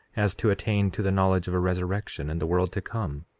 as to attain to the knowledge of a resurrection and the world to come?